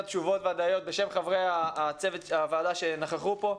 תשובות ודאיות בשם חברי הוועדה שנכחו פה.